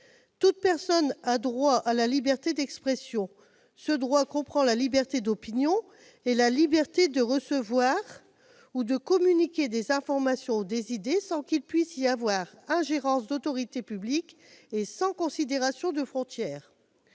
Toute personne a droit à la liberté d'expression. Ce droit comprend la liberté d'opinion et la liberté de recevoir ou de communiquer des informations ou des idées sans qu'il puisse y avoir ingérence d'autorités publiques et sans considération de frontières.